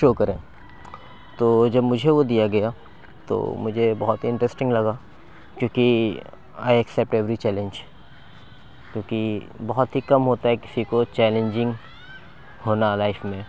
شو کریں تو وہ جب مجھے وہ دیا گیا تو مجھے بہت انٹرسٹنگ لگا کیوں کہ آئی ایکسپٹ ایوری چیلنج کیوں کہ بہت ہی کم ہوتا ہے کسی کو چیلنجنگ ہونا لائف میں